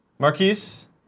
Marquise